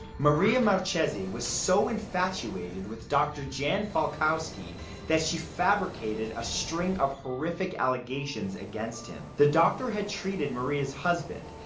maria marchese was so infatuated with dr. jan falkowski that she fabricated a string of horrific allegations again him. the doctor had treated maria's husband.